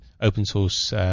open-source